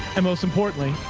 and most importantly,